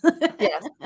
Yes